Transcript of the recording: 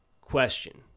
question